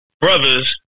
brothers